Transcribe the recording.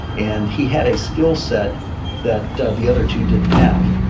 and he had a skillset that the other two didn't have